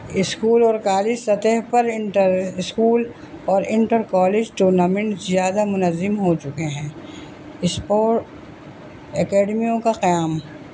school اور college سطح پر انٹر اسکول اور انٹر کالج ٹورنامنٹ زیادہ منظم ہو چکے ہیں اسپورٹ اکیڈمیوں کا قیام